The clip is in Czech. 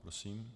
Prosím.